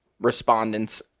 respondents